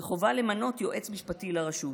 וחובה למנות יועץ משפטי לרשות.